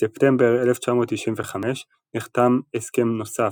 בספטמבר 1995 נחתם הסכם נוסף,